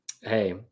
Hey